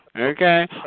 Okay